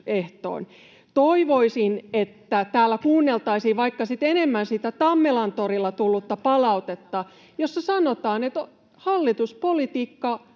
Toivoisin, että täällä kuunneltaisiin vaikka sitten enemmän sitä Tammelantorilla tullutta palautetta, jossa sanotaan, että hallituspolitiikka on